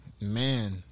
Man